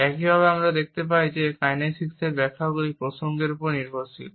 একইভাবে আমরা দেখতে পাই যে কাইনেসিক্সের ব্যাখ্যাগুলি প্রসঙ্গের উপর নির্ভরশীল